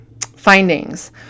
findings